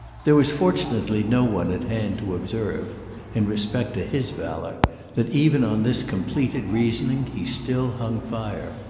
there was fortunately no one at hand to observe in respect to his valour that even on this completed reasoning he still hung fire.